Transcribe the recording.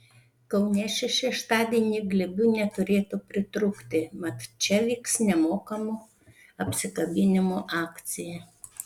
kaune šį šeštadienį glėbių neturėtų pritrūkti mat čia vyks nemokamų apsikabinimų akcija